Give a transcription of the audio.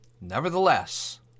Nevertheless